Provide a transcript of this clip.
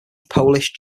polish